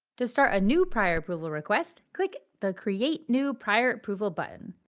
to start a new prior approval request, click the create new prior approval button.